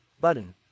button